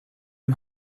him